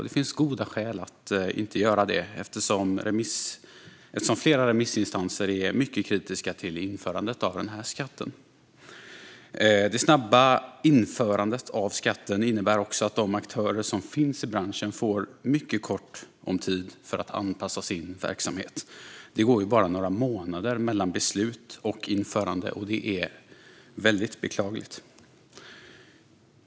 Det finns goda skäl att inte göra det eftersom flera remissinstanser är mycket kritiska till införandet av denna skatt. Det snabba införandet av skatten innebär också att de aktörer som finns i branschen får mycket kort om tid för att anpassa sin verksamhet. Det går bara några månader mellan beslut och införande, och det är väldigt beklagligt.